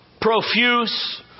profuse